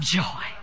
joy